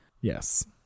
Yes